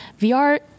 VR